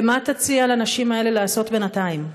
2. מה תציע לנשים האלה לעשות בינתיים?